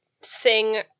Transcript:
sing